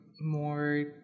more